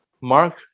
Mark